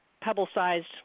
pebble-sized